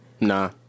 Nah